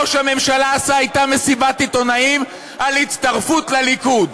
ראש הממשלה עשה אתה מסיבת עיתונאים על הצטרפות לליכוד.